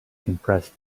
compressed